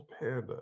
panda